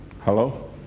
Hello